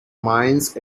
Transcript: mines